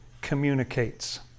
Communicates